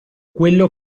quello